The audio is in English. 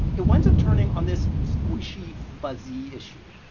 it winds up turning on this squishy, fuzzy issue.